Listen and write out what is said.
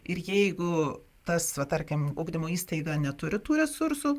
ir jeigu tas va tarkim ugdymo įstaiga neturi tų resursų